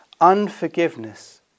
Unforgiveness